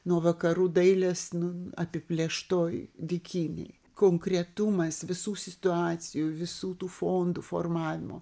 nuo vakarų dailės apiplėštoj dykynėj konkretumas visų situacijų visų tų fondų formavimo